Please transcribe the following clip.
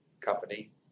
company